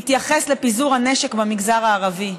התייחס לפיזור הנשק במגזר הערבי,